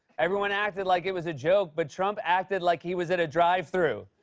everyone acted like it was a joke, but trump acted like he was at a drive-through.